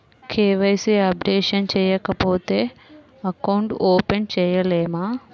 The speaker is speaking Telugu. కే.వై.సి అప్డేషన్ చేయకపోతే అకౌంట్ ఓపెన్ చేయలేమా?